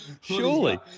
Surely